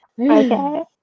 Okay